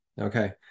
okay